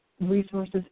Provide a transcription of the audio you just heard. resources